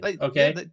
okay